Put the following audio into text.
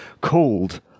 called